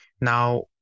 Now